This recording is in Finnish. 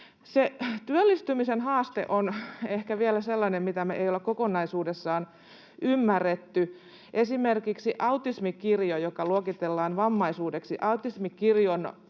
Työllistymisen haastetta me ei ehkä olla kokonaisuudessaan ymmärretty. Esimerkiksi autismin kirjon — joka luokitellaan vammaisuudeksi — yliopistosta